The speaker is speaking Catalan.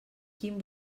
quin